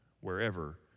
wherever